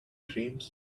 dreams